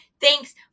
Thanks